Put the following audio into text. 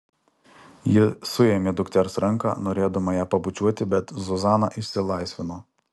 ji suėmė dukters ranką norėdama ją pabučiuoti bet zuzana išsilaisvino